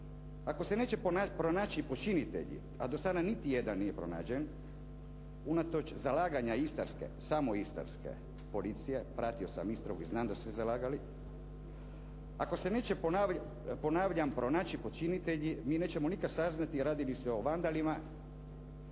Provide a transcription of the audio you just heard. ako se neće pronaći počinitelji, a do sada niti jedan nije pronađen, unatoč zalaganja istarske, samo istarske policije, pratio sam istragu i znam da su se zalagali, ako se neće ponavljam pronaći počinitelji, mi nećemo nikad saznati radi li se o vandalima,